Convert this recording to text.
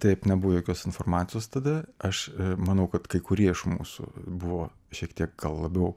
taip nebuvo jokios informacijos tada aš manau kad kai kurie iš mūsų buvo šiek tiek gal labiau